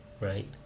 right